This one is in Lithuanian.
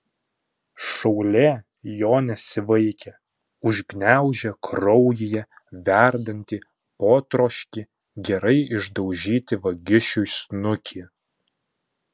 šaulė jo nesivaikė užgniaužė kraujyje verdantį potroškį gerai išdaužyti vagišiui snukį